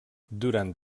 durant